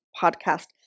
podcast